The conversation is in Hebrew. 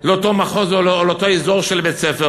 לאותו מחוז או לאותו אזור של בית-ספר